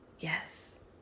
Yes